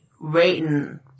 waiting